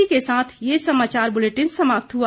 इसी के साथ ये समाचार बुलेटिन समाप्त हुआ